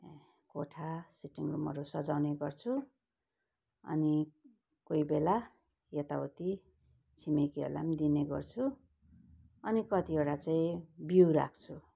कोठा सिटिङ रूमहरू सजाउने गर्छु अनि कोही बेला यताउति छिमेकीहरूलाई पनि दिने गर्छु अनि कतिवटा चाहिँ बिउ राख्छु